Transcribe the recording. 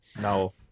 No